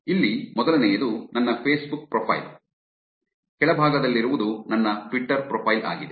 ಇಲ್ಲಿ ಮೊದಲನೆಯದು ನನ್ನ ಫೇಸ್ಬುಕ್ ಪ್ರೊಫೈಲ್ ಕೆಳಭಾಗದಲ್ಲಿರುವದು ನನ್ನ ಟ್ವಿಟರ್ ಪ್ರೊಫೈಲ್ ಆಗಿದೆ